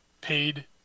paid